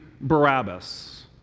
Barabbas